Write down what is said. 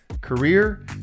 career